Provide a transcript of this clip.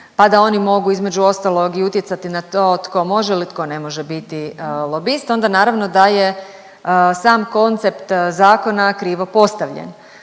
pa da oni mogu između ostalog i utjecati na to tko može ili tko ne može biti lobist, onda naravno da je sam koncept zakona krivo postavljen.